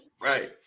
Right